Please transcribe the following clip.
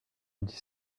dix